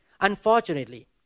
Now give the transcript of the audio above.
Unfortunately